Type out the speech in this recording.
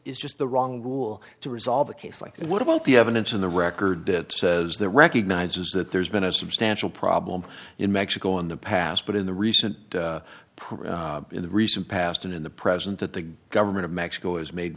is just the wrong rule to resolve a case like what about the evidence in the record that says that recognizes that there's been a substantial problem in mexico in the past but in the recent progress in the recent past in the present that the government of mexico has made